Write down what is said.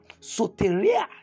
soteria